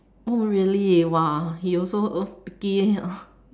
oh really !wah! he also picky